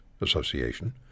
Association